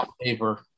paper